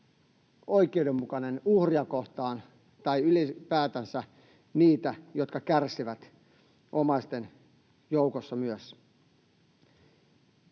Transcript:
oikeudenmukainen uhria kohtaan tai ylipäätänsä niitä kohtaan, jotka kärsivät, myös omaisten joukossa.